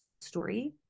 story